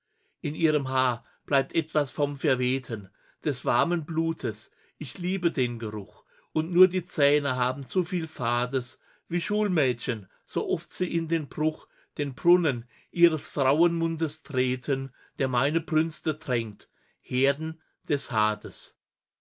in ihrem haar bleibt etwas vom verwehten des warmen bluts ich liebe den geruch und nur die zähne haben zuviel fades wie schulmädchen sooft sie in den bruch den brunnen ihres frauenmundes treten der meine brünste tränkt herden des hades